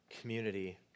community